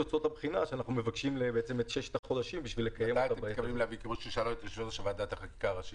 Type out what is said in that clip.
מתי אתם מתכוונים להביא את החקיקה הראשית?